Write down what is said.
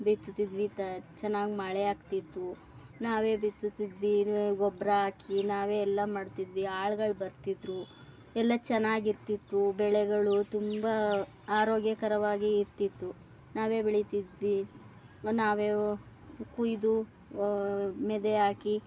ಬಿತ್ತುತ್ತಿದ್ವಿ ತ ಚೆನ್ನಾಗಿ ಮಳೆಯಾಗ್ತಿತ್ತು ನಾವೇ ಬಿತ್ತುತ್ತಿದ್ವಿ ನಾವೇ ಗೊಬ್ಬರ ಹಾಕಿ ನಾವೇ ಎಲ್ಲ ಮಾಡ್ತಿದ್ವಿ ಆಳ್ಗಳು ಬರ್ತಿದ್ದರು ಎಲ್ಲ ಚೆನ್ನಾಗಿರ್ತಿತ್ತು ಬೆಳೆಗಳು ತುಂಬ ಆರೋಗ್ಯಕರವಾಗಿ ಇರ್ತಿತ್ತು ನಾವೇ ಬೆಳಿತಿದ್ವಿ ಮತ್ತು ನಾವೇ ಕೊಯ್ದು ಮೆದೆ ಹಾಕಿ